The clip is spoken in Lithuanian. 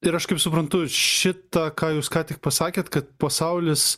ir aš kaip suprantu šitą ką jūs ką tik pasakėt kad pasaulis